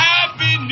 Happy